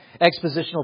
expositional